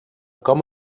com